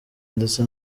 ndetse